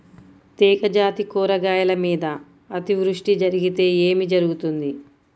తీగజాతి కూరగాయల మీద అతివృష్టి జరిగితే ఏమి జరుగుతుంది?